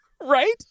Right